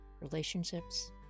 relationships